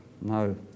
No